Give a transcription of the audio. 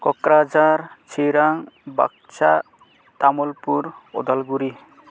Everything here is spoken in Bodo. क'क्राझार चिरां बाक्सा तामुलपुर उदालगुरि